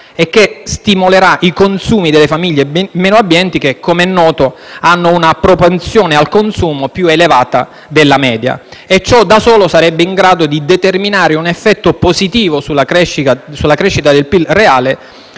e che stimolerà i consumi delle famiglie meno abbienti che, come noto, hanno una propensione al consumo più elevata della media. Ciò da solo sarebbe in grado di determinare un effetto positivo sulla crescita del PIL reale